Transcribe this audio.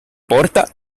porta